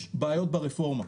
יש בעיות ברפורמה,